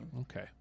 Okay